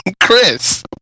Chris